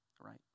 right